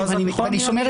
אני יושבת